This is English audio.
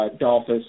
Dolphus